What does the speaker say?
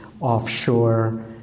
offshore